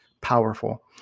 powerful